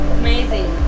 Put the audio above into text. amazing